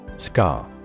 Scar